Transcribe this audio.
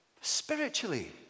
spiritually